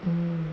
mmhmm